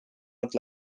het